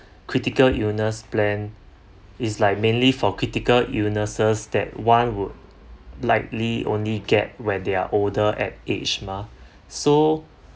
critical illness plan is like mainly for critical illnesses that one would likely only get where they are older at age mah so